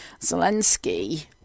Zelensky